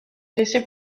laisser